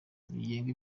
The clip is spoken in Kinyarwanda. riteganya